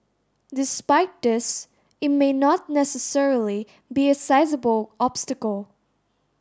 despite this it may not necessarily be a sizeable obstacle